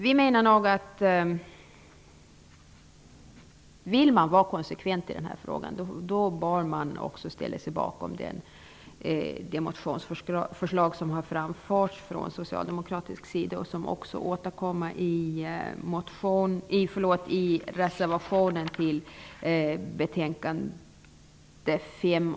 Vill man vara konsekvent i den här frågan bör man också ställa sig bakom det motionsförslag som har framförts av Socialdemokraterna. Det återkommer också i reservationen till betänkande UbU5.